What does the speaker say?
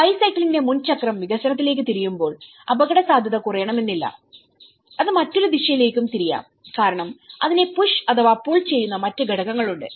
ബൈസൈക്കിളിന്റെ മുൻ ചക്രം വികസനത്തിലേക്ക് തിരിയുമ്പോൾ അപകടസാധ്യത കുറയണമെന്നില്ല അത് മറ്റൊരു ദിശയിലേക്കും തിരിയാം കാരണം അതിനെ പുഷ് അഥവാ പുൾ ചെയ്യുന്ന മറ്റു ഘടകങ്ങളുണ്ട്